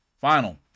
final